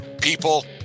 people